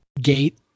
gate